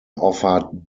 offered